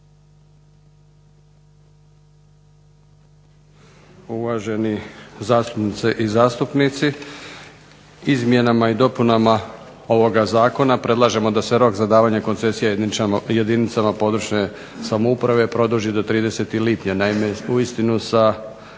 Uvažene zastupnice i zastupnici. Izmjenama i dopunama ovoga zakona predlažemo da se rok za davanje koncesije jedinicama područne samouprave produži do 30. lipnja.